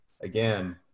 again